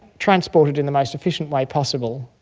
transported in the most efficient way possible,